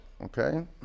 Okay